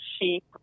sheep